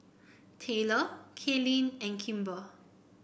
Tayler Kaylynn and Kimber